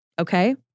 Okay